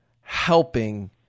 helping